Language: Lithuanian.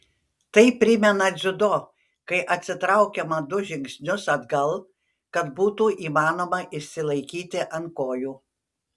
tai primena dziudo kai atsitraukiama du žingsnius atgal kad būtų įmanoma išsilaikyti ant kojų